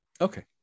Okay